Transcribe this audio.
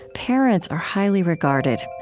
parents are highly regarded.